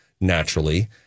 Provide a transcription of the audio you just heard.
naturally